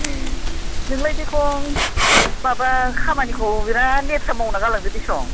ए नोंलाय देखन माबा खामानिखौ बिराथ लेथ्रा मावनानै गालांदों देसं